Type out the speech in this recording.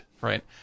right